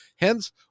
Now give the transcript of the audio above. hence